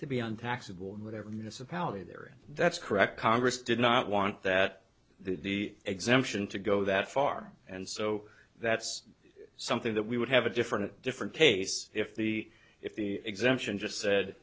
to be on taxable in their municipality they're that's correct congress did not want that the exemption to go that far and so that's something that we would have a different different case if the if the exemption just said